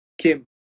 Kim